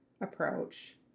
approach